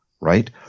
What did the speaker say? Right